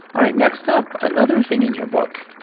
ah next up, another thing in your book.